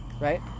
right